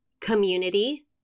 Community